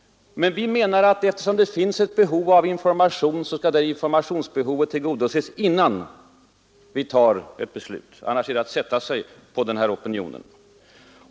Men vi menar att eftersom det finns ett behov av information så skall det tillgodoses innan vi fattar ett beslut — något annat vore att ”sätta sig ” på opinionen.